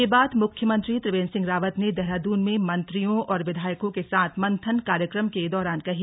यह बात मुख्यमंत्री त्रिवेन्द्र सिंह रावत ने देहरादून में मंत्रियों और विधायकों के साथ मंथन कार्यक्रम के दौरान कही